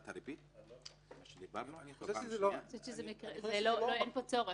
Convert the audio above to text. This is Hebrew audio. הריבית שדיברנו עליה --- אין פה צורך.